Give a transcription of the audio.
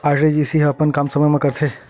RTGS ह अपन काम समय मा करथे?